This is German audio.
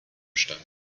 bestand